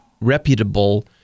reputable